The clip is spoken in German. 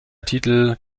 titel